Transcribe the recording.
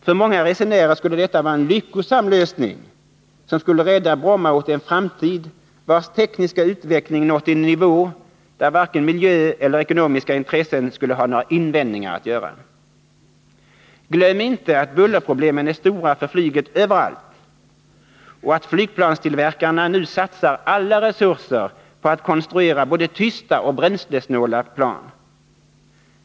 För många resenärer skulle detta vara en lyckosam lösning, som skulle rädda Bromma åt en framtid vars tekniska utveckling nått en nivå där varken företrädare för miljöintressen eller företrädare för ekonomiska intressen skulle ha några invändningar att göra. Glöm inte att bullerproblemen är stora för flyget överallt och att flygplanstillverkarna nu satsar alla resurser på att konstruera både tysta och bränslesnåla plan.